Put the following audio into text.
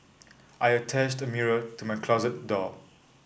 I attached a mirror to my closet door